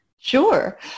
Sure